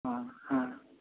हँ हँ